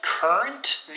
Current